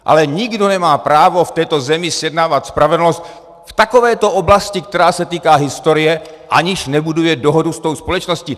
Ale nikdo nemá právo v této zemi zjednávat spravedlnost v takovéto oblasti, která se týká historie, aniž nebuduje dohodu s tou společností.